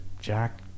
Jack